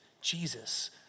Jesus